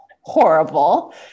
horrible